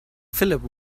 philip